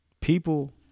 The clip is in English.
people